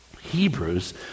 Hebrews